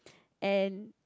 and